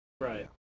Right